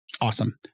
Awesome